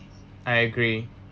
I agree